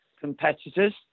competitors